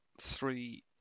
three